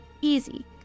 easy